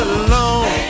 alone